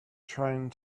trying